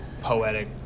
poetic